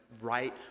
right